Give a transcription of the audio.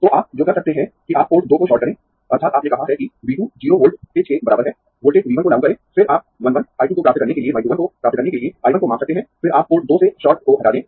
तो आप जो कर सकते है कि आप पोर्ट दो को शॉर्ट करें अर्थात् आपने कहा है कि V 2 0 वोल्टेज के बराबर है वोल्टेज V 1 को लागू करें फिर आप 1 1 I 2 को प्राप्त करने के लिए y 2 1 को प्राप्त करने के लिए I 1 को माप सकते है फिर आप पोर्ट दो से शॉर्ट को हटा दें